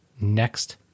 Next